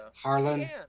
Harlan